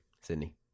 Sydney